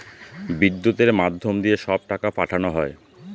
বিদ্যুতের মাধ্যম দিয়ে সব টাকা পাঠানো হয়